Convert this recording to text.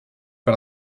par